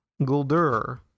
Guldur